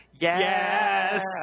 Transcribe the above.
yes